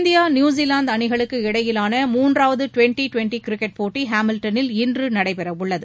India New Zealand அணிகளுக்கு இடையிலான மூன்றாவது டுவெண்டி டுவெண்டி கிரிக்கெட் போட்டி ஹாமில்டனில் இன்று நடைபெற உள்ளது